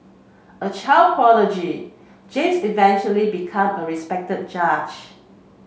a child prodigy James eventually become a respect judge